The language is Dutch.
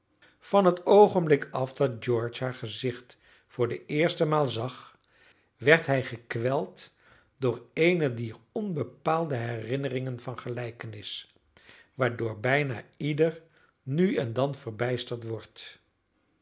van het oogenblik af dat george haar gezicht voor de eerste maal zag werd hij gekweld door eene dier onbepaalde herinneringen van gelijkenis waardoor bijna ieder nu en dan verbijsterd wordt